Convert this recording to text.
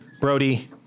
Brody